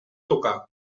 tocar